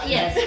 Yes